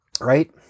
right